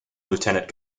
lieutenant